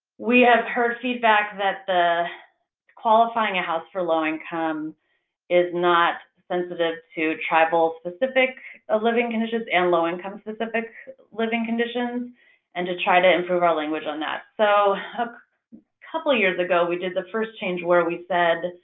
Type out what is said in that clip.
we have heard feedback that the qualifying a house for low-income is not sensitive to tribal specific ah living conditions and low-income specific living conditions and to try to improve our language on that. so, a couple of years ago, we did the first change where we said,